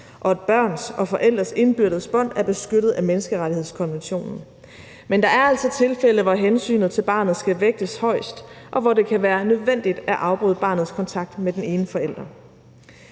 og at børns og forældres indbyrdes bånd er beskyttet af menneskerettighedskonventionen, men der er altså tilfælde, hvor hensynet til barnet skal vægtes højest, og hvor det kan være nødvendigt at afbryde barnets kontakt med den ene forælder.